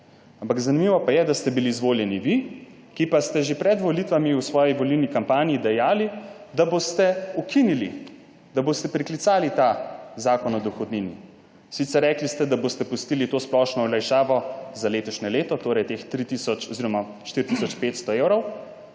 plačam. Zanimivo pa je, da ste bili izvoljeni vi, ki ste že pred volitvami v svoji volilni kampanji dejali, da boste ukinili, da boste preklicali ta Zakon o dohodnini. Rekli ste sicer, da boste pustili to splošno olajšavo za letošnje leto, torej teh 3 tisoč